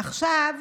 עכשיו,